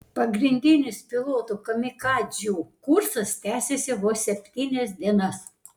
pagrindinis pilotų kamikadzių kursas tęsėsi vos septynias dienas